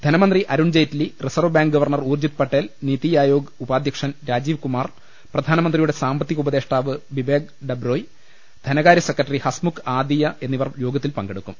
ധനമന്ത്രി Arun Jaitley reserve bank governor Urjit Patel NITI Aayog ഉപാധ്യക്ഷൻ രാജീവ് കുമാർ പ്രധാനമന്ത്രിയുടെ സാമ്പത്തിക ഉപദേഷ്ടാവ് ബിബേഗ് ഡബ്രോയ് ധനകാര്യസെക്രട്ടറി ഹസ്മുഖ് ആദിയ എന്നിവർ യോഗ ത്തിൽ പങ്കെടുക്കും